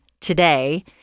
today